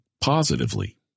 positively